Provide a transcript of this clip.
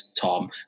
Tom